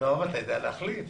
אבל אתה יודע להחליף.